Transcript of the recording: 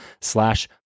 slash